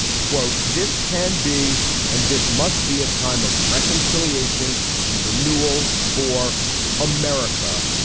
quote, this can be and this must be a time of reconciliation and renewal for america,